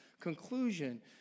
conclusion